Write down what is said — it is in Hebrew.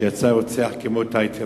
שיצא רוצח כמו טייטל.